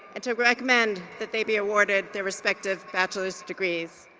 and to recommend that they be awarded their respective bachelor's degrees.